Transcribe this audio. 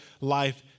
life